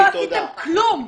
לא עשיתם כלום.